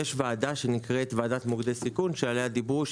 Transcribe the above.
יש ועדה שנקראת ועדת מוקדי סיכון שעליה דיברו,